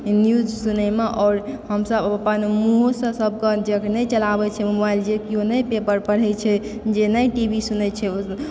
news सुनय मे आओर हमसब अपन मुँहो सॅं सबके जे नहि चलाबै छै मोबाइल केओ नहि पेपर पढ़ै छै जे नहि टी वी सुनै छै